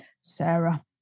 Sarah